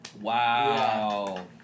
Wow